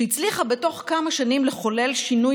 שהצליחה בתוך כמה שנים לחולל שינוי